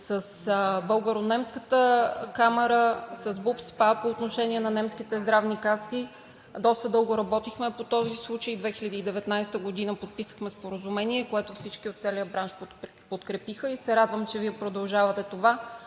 с Българо-немската камара, BUBSPA по отношение на немските здравни каси. Доста дълго време работихме по този случай. През 2019 г. подписахме споразумение, което всички от бранша подкрепиха, и се радвам, че Вие продължавате това.